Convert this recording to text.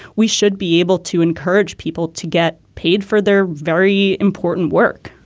we should be able to encourage people to get paid for their very important work